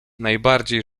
najbardziej